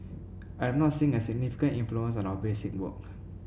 I have not seen a significant influence on our basic work